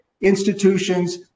institutions